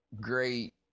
great